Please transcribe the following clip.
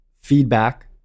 feedback